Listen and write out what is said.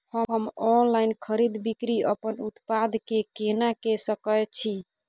हम ऑनलाइन खरीद बिक्री अपन उत्पाद के केना के सकै छी?